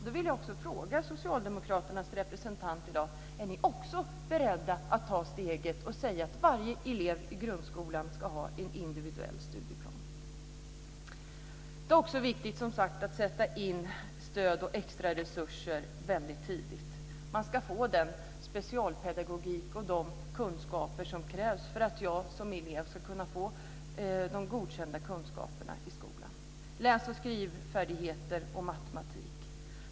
Då vill jag fråga socialdemokraternas representant i dag: Är ni också beredda att ta steget och säga att varje elev i grundskolan ska ha en individuell studieplan? Det är också viktigt som sagt att sätta in stöd och extra resurser väldigt tidigt. Man ska få den specialpedagogik och de kunskaper som krävs för att man som elev ska kunna få de godkända kunskaperna i skolan, läs och skrivfärdigheter och matematik.